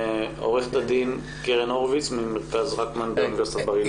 עורכת הדין קרן הורוביץ ממרכז רקמן באוניברסיטת בר אילן.